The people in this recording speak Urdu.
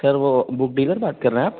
سر وہ بک ڈیلر بات کر رہے ہیں آپ